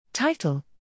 Title